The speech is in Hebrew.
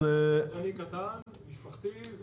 עסק יצרני קטן משפחתי.